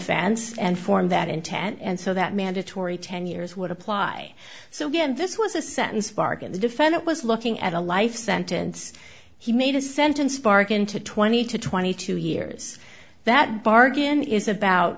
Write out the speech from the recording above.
offense and form that intent and so that mandatory ten years would apply so again this was a sentence bargain the defendant was looking at a life sentence he made a sentence barkin to twenty to twenty two years that bargain is a out